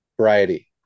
variety